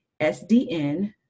SDN